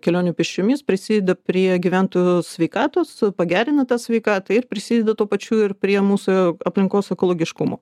kelionių pėsčiomis prisideda prie gyventojų sveikatos pagerina tą sveikatą ir prisideda tuo pačiu ir prie mūsų aplinkos ekologiškumo